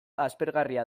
aspergarria